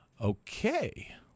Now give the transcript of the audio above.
Okay